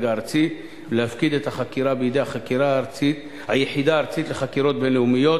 הארצי ולהפקיד את החקירה בידי היחידה הארצית לחקירות בין-לאומיות,